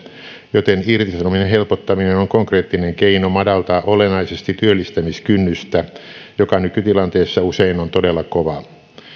joten irtisanomisen helpottaminen on konkreettinen keino madaltaa olennaisesti työllistämiskynnystä joka nykytilanteessa on usein todella kova